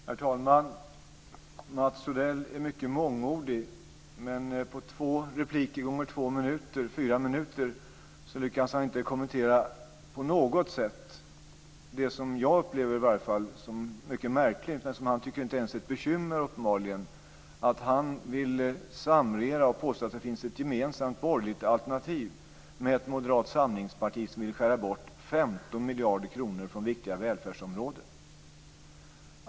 Herr talman! Mats Odell är mycket mångordig, men på två repliker gånger två minuter - fyra minuter - lyckas han inte på något sätt kommentera det som i varje fall jag upplever som mycket märkligt men som han uppenbarligen inte ens tycker är ett bekymmer. Det är att han vill samregera och påstår att det finns ett gemensamt borgerligt alternativ med ett moderat samlingsparti som vill skära bort 15 miljarder kronor från viktiga välfärdsområden.